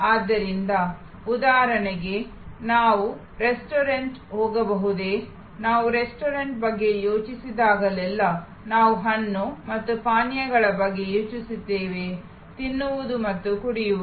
ಆದ್ದರಿಂದ ಉದಾಹರಣೆಗೆ ನಾವು ರೆಸ್ಟೋರೆಂಟ್ ಹೊಂದಬಹುದೇ ನಾವು ರೆಸ್ಟೋರೆಂಟ್ ಬಗ್ಗೆ ಯೋಚಿಸಿದಾಗಲೆಲ್ಲಾ ನಾವು ಹಣ್ಣು ಮತ್ತು ಪಾನೀಯಗಳ ಬಗ್ಗೆ ಯೋಚಿಸುತ್ತೇವೆ ತಿನ್ನುವುದು ಮತ್ತು ಕುಡಿಯುವುದು